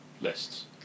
lists